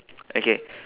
okay